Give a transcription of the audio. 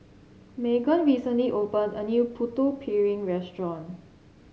Meaghan recently opened a new Putu Piring Restaurant